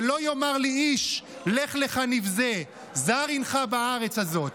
ולא יאמר לי איש: לך לך נבזה, זר הינך בארץ הזאת.